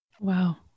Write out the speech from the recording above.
Wow